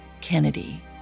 Kennedy